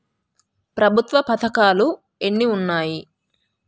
ప్రభుత్వ పథకాలు ఎన్ని ఉన్నాయి?